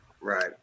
right